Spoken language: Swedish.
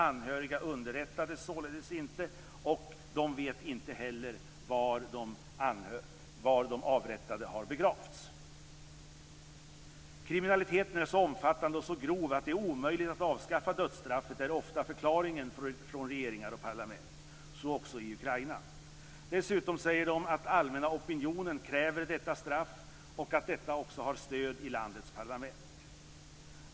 Anhöriga underrättades således inte, och de vet inte heller var de avrättade har begravts. Kriminaliteten är så omfattande och så grov att det är omöjligt att avskaffa dödsstraffet, är ofta förklaringen från regeringar och parlament, så också i Ukraina. Dessutom säger man att den allmänna opinionen kräver detta straff och att det har stöd i landets parlament.